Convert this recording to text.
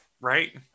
right